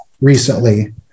recently